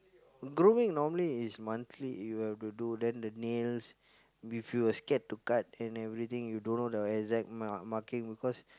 grooming normally is monthly you have to do then the nails if you scared to cut and everything you don't know the exact marking because